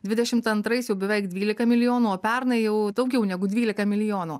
dvidešimt antrais jau beveik dvylika milijonų o pernai jau daugiau negu dvylika milijonų